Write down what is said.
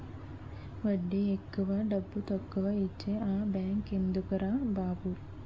వడ్డీ ఎక్కువ డబ్బుతక్కువా ఇచ్చే ఆ బేంకెందుకురా బాబు